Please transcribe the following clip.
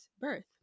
birth